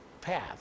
path